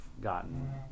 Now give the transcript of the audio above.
gotten